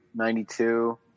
92